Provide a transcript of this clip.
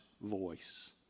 voice